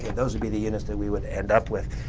those would be the units that we would end up with.